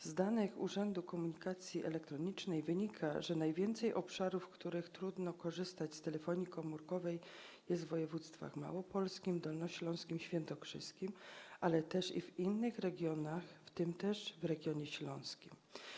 Z danych Urzędu Komunikacji Elektronicznej wynika, że najwięcej obszarów, w których trudno korzystać z telefonii komórkowej, jest w województwach małopolskim, dolnośląskim i świętokrzyskim, ale też w innych regionach, w tym w regionie śląskim.